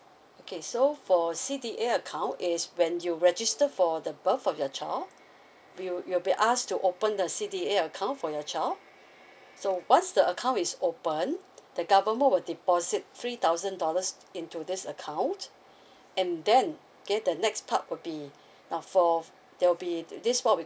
okay so for C_D_A account it's when you register for the birth of your child will you will be asked to open the C_D_A account for your child so once the account is opened the government will deposit three thousand dollars into this account and then okay the next part will be now for for there will be the this is what we